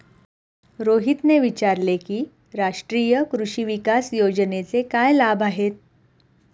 रोहितने विचारले की राष्ट्रीय कृषी विकास योजनेचे काय लाभ आहेत?